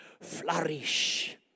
flourish